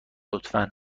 لطفا